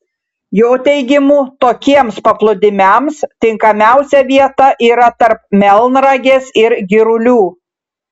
jo teigimu tokiems paplūdimiams tinkamiausia vieta yra tarp melnragės ir girulių